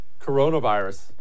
Coronavirus